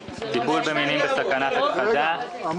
טיפול במינים בסכנת הכחדה --- רגע,